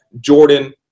Jordan